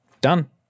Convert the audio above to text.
done